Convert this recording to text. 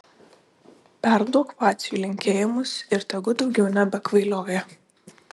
perduok vaciui linkėjimus ir tegu daugiau nebekvailioja